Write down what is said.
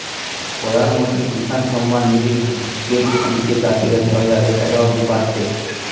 প্রধানমন্ত্রী কিষান সম্মান নিধি উদ্যগ থিকে চাষীরা ছয় হাজার টাকা অব্দি পাচ্ছে